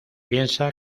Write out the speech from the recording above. piensa